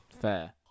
fair